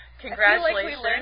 congratulations